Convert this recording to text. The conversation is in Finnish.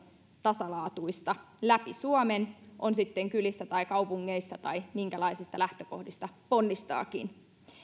tasalaatuista läpi suomen on sitten kylissä tai kaupungeissa tai minkälaisista lähtökohdista ponnistaakin